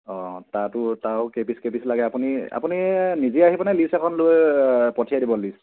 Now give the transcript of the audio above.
অঁ তাতো তাৰো কেইপিচ কেইপিচ লাগে আপুনি আপুনি নিজে আহিবনে লিষ্ট এখন লৈ পঠিয়াই দিব লিষ্ট